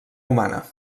humana